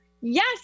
Yes